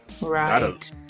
Right